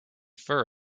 fur